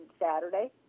Saturday